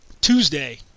Tuesday